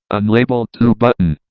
on label two button.